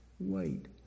Wait